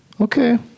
Okay